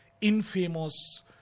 infamous